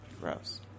Gross